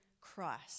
Christ